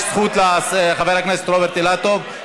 יש זכות לחבר הכנסת רוברט אילטוב.